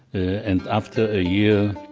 and after a year